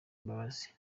mbabazi